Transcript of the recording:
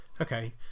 okay